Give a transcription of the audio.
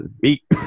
beat